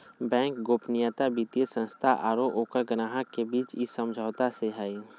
bank गोपनीयता वित्तीय संस्था आरो ओकर ग्राहक के बीच इ समझौता से हइ